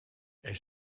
elle